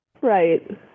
right